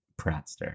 Pratster